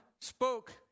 spoke